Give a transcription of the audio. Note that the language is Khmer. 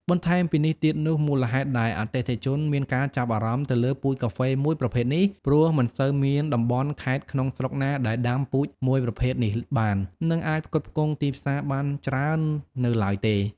បន្ថែមពីនេះទៀតនោះ មូលហេតុដែលអតិថិជនមានការចាប់អារម្មណ៍ទៅលើពូជកាហ្វេមួយប្រភេទនេះ ព្រោះមិនសូវមានតំបន់ខេត្តក្នុងស្រុកណាដែលអាចដាំពូជមួយប្រភេទនេះបាន នឹងអាចផ្គត់ផ្គង់ទីផ្សារបានច្រើននៅឡើយទេ។